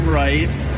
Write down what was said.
rice